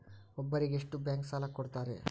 ಒಬ್ಬರಿಗೆ ಎಷ್ಟು ಬ್ಯಾಂಕ್ ಸಾಲ ಕೊಡ್ತಾರೆ?